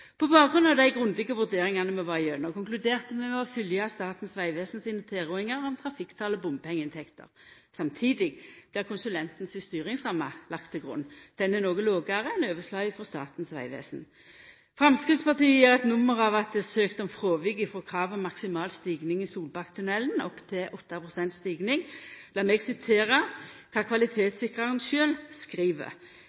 På bakgrunn av dei grundige vurderingane vi var igjennom, konkluderte vi med å følgja Statens vegvesen sine tilrådingar om trafikktal og bompengeinntekter. Samtidig blir konsulenten si styringsramme lagd til grunn. Ho er noko lågare enn overslaget frå Statens vegvesen. Framstegspartiet gjer eit nummer av at det er søkt om fråvik frå kravet om maksimal stigning i Solbakktunnelen, opp til 8 pst. stigning. Lat meg sitera kva